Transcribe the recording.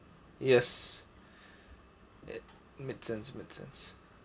yes it make sense make sense